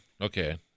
Okay